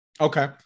Okay